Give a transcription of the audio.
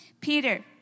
Peter